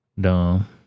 Dumb